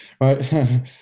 right